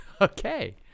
Okay